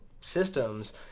systems